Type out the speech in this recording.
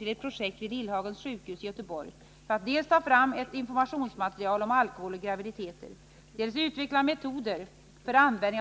till ett projekt vid Lillhagens sjukhus i Göteborg för att dels ta fram ett informationsmaterial om alkohol och graviditeter, dels utveckla metoder för användning